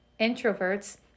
introverts